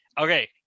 Okay